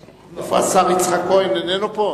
השר יצחק כהן איננו פה?